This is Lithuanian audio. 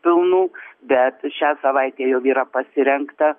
pilnų bet šią savaitę jau yra pasirengta